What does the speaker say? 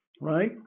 right